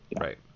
right